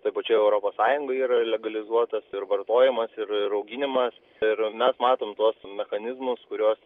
toj pačioj europos sąjungoj yra legalizuotas ir vartojimas ir ir auginimas ir mes matom tuos mechanizmus kuriuos